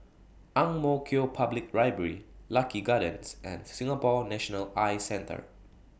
Ang Mo Kio Public Library Lucky Gardens and Singapore National Eye Centre